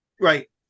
right